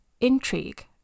intrigue